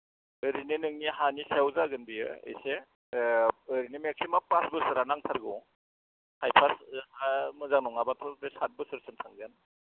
ओरैनो नोंनि हानि सायाव जागोन बियो एसे ओरैनो मेक्सिमाम पास बोसोरा नांथारगौ खायफा हा मोजां नङाब्लाथ' बे सात बोसोरसो थांगोन